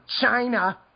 China